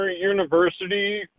university